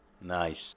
Nice